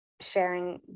sharing